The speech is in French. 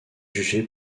jugé